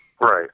Right